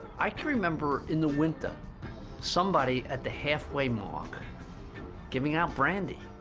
i can remember in the winter somebody at the halfway mark giving out brandy.